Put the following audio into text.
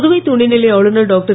புதுவை துணைநிலை ஆளுநர் டாக்டர்